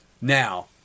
Now